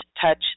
touch